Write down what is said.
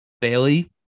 Bailey